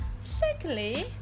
Secondly